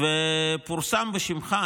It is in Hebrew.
פורסם בשמך,